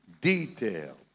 detail